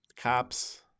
cops